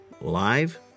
live